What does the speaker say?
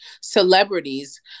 celebrities